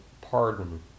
pardon